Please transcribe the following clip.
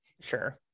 Sure